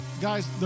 guys